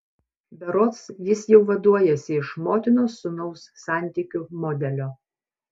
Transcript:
berods jis jau vaduojasi iš motinos sūnaus santykių modelio